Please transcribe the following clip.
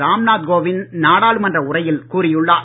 ராம் நாத் கோவிந்த் நாடாளுமன்ற உரையில் கூறியுள்ளார்